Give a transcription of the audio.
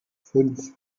fünf